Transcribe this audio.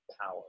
power